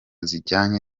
zijyanye